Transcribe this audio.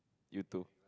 you too